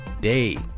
day